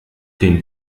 den